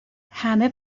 همه